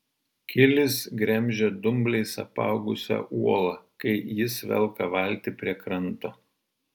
kilis gremžia dumbliais apaugusią uolą kai jis velka valtį prie kranto